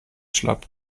schlapp